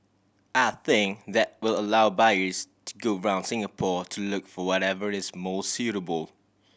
I think that will allow buyers to go around Singapore to look for whatever is most suitable